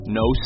no